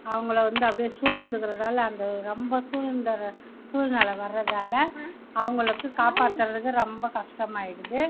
அவங்களை வந்து அப்படியே சூழ்ந்துக்கிறதால் அந்த ரொம்ப சூழ்ந்தடுற சூழ்நிலை வரதால அவங்களுக்கு காப்பாற்றறதுக்கு ரொம்ப கஷ்டமாயிவிடுது